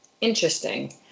Interesting